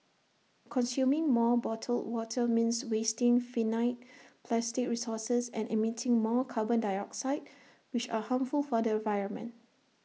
consuming more bottled water means wasting finite plastic resources and emitting more carbon dioxide which are harmful for the environment